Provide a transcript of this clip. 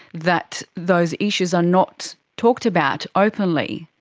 that those issues are not talked about openly.